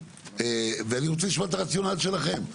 ואני רוצה לשמוע את הרציונל שלכם,